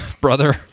Brother